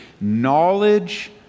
knowledge